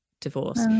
divorce